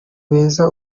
beza